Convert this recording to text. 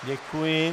Děkuji.